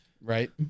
Right